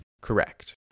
Correct